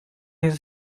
his